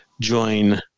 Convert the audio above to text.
join